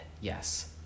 yes